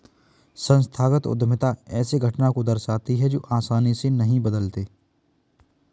संस्थागत उद्यमिता ऐसे घटना को दर्शाती है जो आसानी से नहीं बदलते